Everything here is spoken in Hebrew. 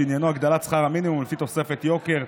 שעניינו הגדלת שכר המינימום לפי תוספת יוקר,